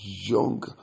young